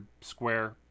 square